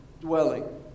dwelling